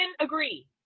agree